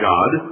God